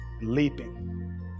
Leaping